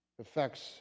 affects